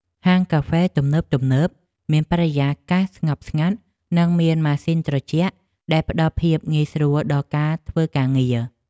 ហាងកាហ្វេទំនើបៗមានបរិយាកាសស្ងប់ស្ងាត់និងមានម៉ាស៊ីនត្រជាក់ដែលផ្តល់ភាពងាយស្រួលដល់ការធ្វើការងារ។